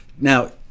Now